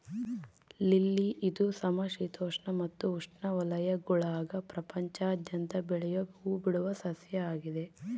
lily ಇದು ಸಮಶೀತೋಷ್ಣ ಮತ್ತು ಉಷ್ಣವಲಯಗುಳಾಗ ಪ್ರಪಂಚಾದ್ಯಂತ ಬೆಳಿಯೋ ಹೂಬಿಡುವ ಸಸ್ಯ ಆಗಿದೆ